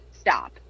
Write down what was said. stop